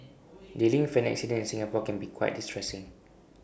dealing for an accident in Singapore can be quite distressing